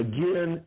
Again